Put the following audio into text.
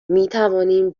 میتوانیم